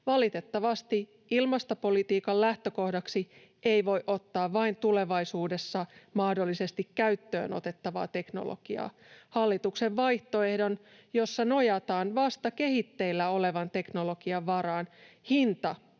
Valitettavasti ilmastopolitiikan lähtökohdaksi ei voi ottaa vain tulevaisuudessa mahdollisesti käyttöön otettavaa teknologiaa. Hallituksen vaihtoehdon, jossa nojataan vasta kehitteillä olevan teknologian varaan, hinta